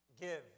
Give